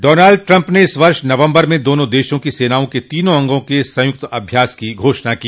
Donald Trump ने इस वर्ष नवम्बर में दोनों देशों की सेनाओं के तीनों अंगों के संयुक्त अभ्यास की घोषणा की